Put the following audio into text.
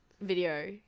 video